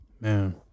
man